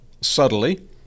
subtly